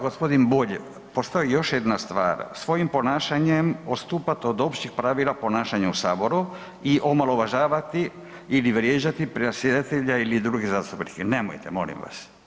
Gospodin Bulj, postoji još jedna stvar svojim ponašanjem odstupate od općih pravila ponašanja u saboru i omalovažavati ili vrijeđati predsjedatelja ili druge zastupnike, nemojte molim vas.